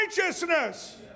righteousness